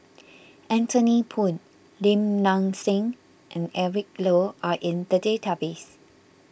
Anthony Poon Lim Nang Seng and Eric Low are in the database